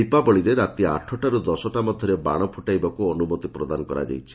ଦୀପାବଳିରେ ରାତି ଆଠଟାରୁ ଦଶଟା ମଧରେ ବାଣ ଫୁଟାଇବାକୁ ଅନୁମତି ପ୍ରଦାନ କରାଯାଇଛି